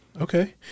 Okay